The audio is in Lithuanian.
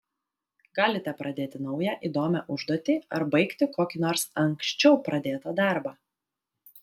galite pradėti naują įdomią užduotį ar baigti kokį nors anksčiau pradėtą darbą